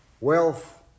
wealth